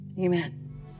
amen